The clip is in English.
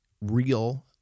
real